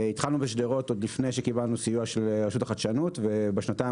התחלנו בשדרות עוד לפני שקיבלנו סיוע של רשות החדשנות ובשנתיים